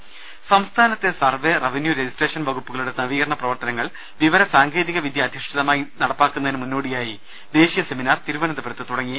ദേദ സംസ്ഥാനത്തെ survey revenue registration വകുപ്പുകളുടെ നവീകരണ പ്രവർത്തനങ്ങൾ വിവര സാങ്കേതിക വിദ്യ അധിഷ്ഠിതമാക്കി നടപ്പാക്കുന്നതിനു മുന്നോടിയായി ദേശീയ സെമിനാർ തിരുവനന്തപുരത്ത് തുടങ്ങി